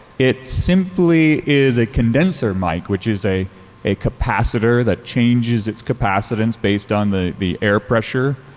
it simply is a condenser mic, which is a a capacitor that changes its capacitance based on the the air pressure.